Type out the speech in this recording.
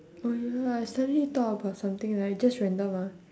oh ya I suddenly thought about something like just random ah